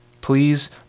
Please